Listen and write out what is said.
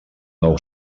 nou